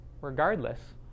regardless